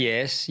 Yes